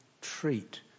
treat